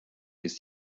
ist